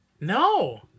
No